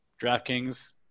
DraftKings